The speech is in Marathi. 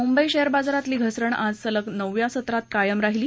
मुंबई शेअर बाजारातली घसरण आज सलग नवव्या सत्रात कायम राहिली